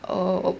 oh